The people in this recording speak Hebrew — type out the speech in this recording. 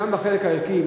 גם בחלק הערכי,